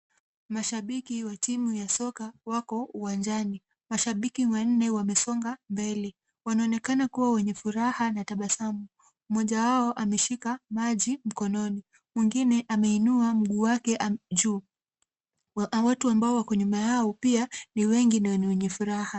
Mashabiki wa timu ya soka wako uwanjani. Mashabiki wanne wamesonga mbele. Wanaonekana kuwa wenye furaha na tabasamu. Mmoja wao ameshika maji mkononi. Mwingine ameinua mguu wake juu. Watu ambao wako nyuma yao pia ni wengi na wenye furaha.